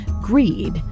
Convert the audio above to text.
greed